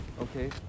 Okay